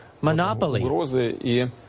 monopoly